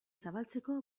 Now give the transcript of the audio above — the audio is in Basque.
zabaltzeko